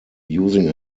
using